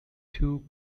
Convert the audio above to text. two